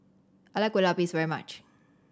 I like Kueh Lapis very much